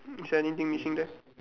is there anything missing there